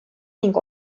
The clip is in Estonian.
ning